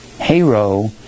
hero